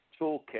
toolkit